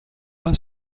pas